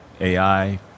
AI